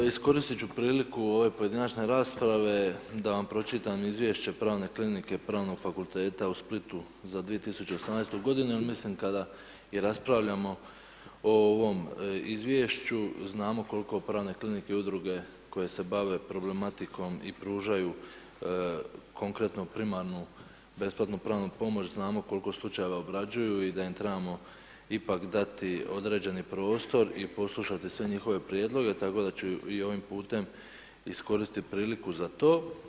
Iskoristiti ću priliku u ovoj pojedinačne rasprave, da vam pročitam izvješće pravne kline Pravnog fakulteta u Splitu za 2018. g. jer mislim kada raspravljamo o ovom izvješću, znamo koliko pravne klinike i udruge, koje se bave problematikom, i pružaju konkretno primarnu besplatnu pravnu pomoć, znamo koliko slučajeva obrađuju i da im trebamo ipak dati određeni prostor i poslušati sve njihove prijedloge, tako da ću i ovim putem iskoristiti priliku za to.